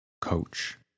coach